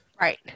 right